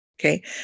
Okay